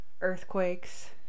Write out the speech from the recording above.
earthquakes